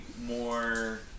more